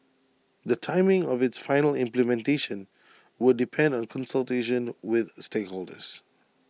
the timing of its final implementation would depend on consultation with stakeholders